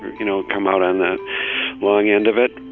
you know, come out on the long end of it,